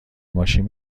ماشین